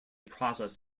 process